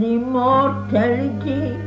immortality